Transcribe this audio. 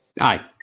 Aye